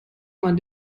man